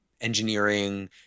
engineering